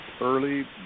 early